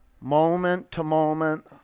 moment-to-moment